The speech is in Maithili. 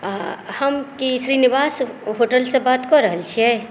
हम की श्रीनिवास होटलसँ बात कऽ रहल छियै